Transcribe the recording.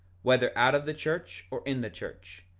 whether out of the church or in the church,